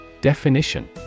Definition